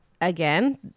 again